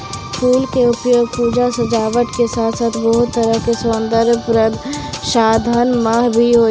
फूल के उपयोग पूजा, सजावट के साथॅ साथॅ बहुत तरह के सौन्दर्य प्रसाधन मॅ भी होय छै